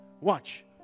Watch